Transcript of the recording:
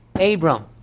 Abram